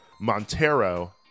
Montero